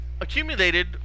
accumulated